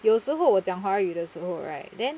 有时候我讲华语的时候 right then